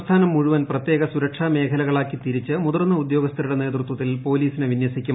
സംസ്ഥാനം മുഴുവൻ പ്രത്യേക സുരക്ഷാമേഖലകളാക്കി തിരിച്ച് മുതിർന്ന ഉദ്യോഗസ്ഥരുടെ നേതൃത വത്തിൽ പോലീസിനെ വിനൃസിക്കും